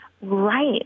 Right